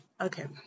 okay